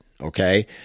okay